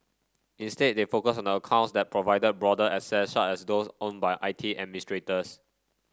instead they focus on accounts that provided broader access such as those owned by I T administrators